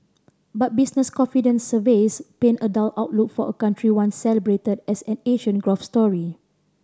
but business confidence surveys paint a dull outlook for a country once celebrated as an Asian growth story